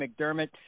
McDermott